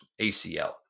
ACL